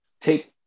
take